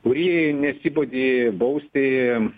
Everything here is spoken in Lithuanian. kuri nesibodi bausti